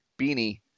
Beanie